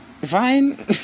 fine